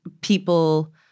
people